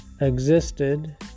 existed